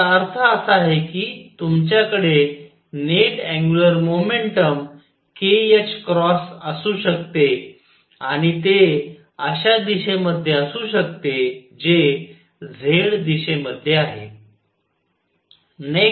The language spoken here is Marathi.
याचा अर्थ असा आहे की तुमच्याकडे नेट अँग्युलर मोमेंटम kℏ असू शकते आणि ते अश्या दिशेमध्ये असू शकते जे z दिशेमध्ये आहे